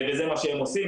וזה מה שהם עושים,